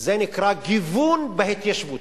נקרא גיוון בהתיישבות,